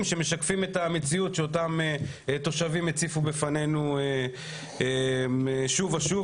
שמשקפים את המציאות שאותם תושבים הציפו בפנינו שוב ושוב,